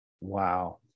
Wow